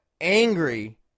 angry